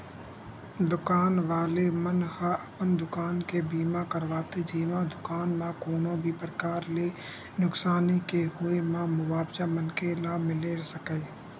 दुकान वाले मन ह अपन दुकान के बीमा करवाथे जेमा दुकान म कोनो भी परकार ले नुकसानी के होय म मुवाजा मनखे ल मिले सकय